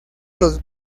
los